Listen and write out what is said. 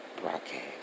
broadcast